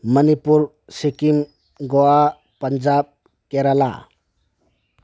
Manipur Sikkim Goa Punjab Kerala